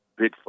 Bigfoot